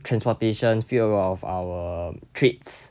transportations few of our trades